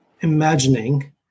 imagining